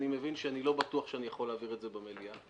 אני מבין שלא בטוח שאני יכול להעביר את זה במליאה.